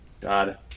God